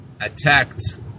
attacked